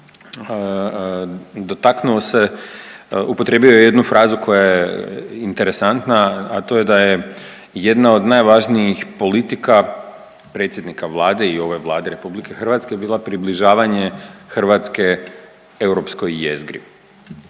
dotaknuo se, upotrijebio je jednu frazu koja je interesantna, a to je da je jedna od najvažnijih politika predsjednika vlade i ove vlade RH bila približavanje Hrvatske europskoj jezgri